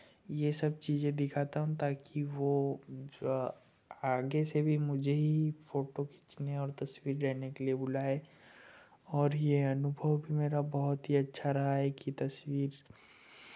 ये सब चीज़ें दिखाता हूँ ताकि वो आगे से भी मुझे ही फ़ोटो खींचने और तस्वीर लेने के लिए बुलाए और ये अनुभव भी मेरा बहुत ही अच्छा रहा है कि तस्वीर